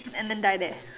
and then die there